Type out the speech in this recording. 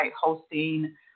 hosting